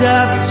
up